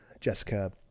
Jessica